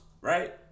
right